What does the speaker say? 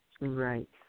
Right